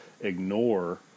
ignore